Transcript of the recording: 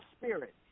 spirit